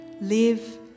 live